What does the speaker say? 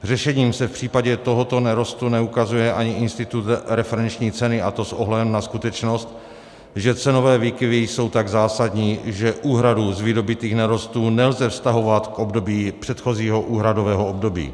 Řešením se v případě tohoto nerostu neukazuje ani institut referenční ceny, a to s ohledem na skutečnost, že cenové výkyvy jsou tak zásadní, že úhradu z vydobytých nerostů nelze vztahovat k období předchozího úhradového období.